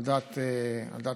על דעת הקואליציה,